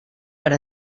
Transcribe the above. per